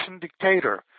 dictator